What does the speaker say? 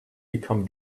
become